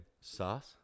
sauce